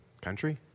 Country